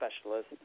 specialist